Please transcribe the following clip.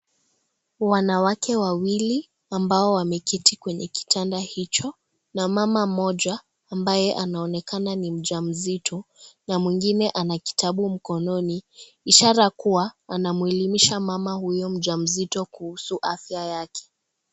Wanawake wawili, ambao wameketi kwenye kitanda hicho na mama mmoja, ambaye anaonekana ni mjamzito na mwingine ana kitabu mkononi, ishara kuwa anamwelimisha mama huyu mjamzito kuhusu afya yake.